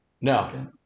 No